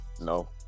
No